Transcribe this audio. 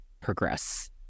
progress